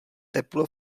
teplo